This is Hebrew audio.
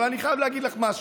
אבל אני חייב להגיד לך משהו,